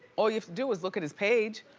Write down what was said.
all you have to do is look at his page.